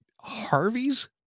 Harvey's